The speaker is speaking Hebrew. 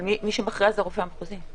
אבל מי שמכריע זה הרופא המחוזי.